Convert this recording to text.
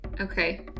Okay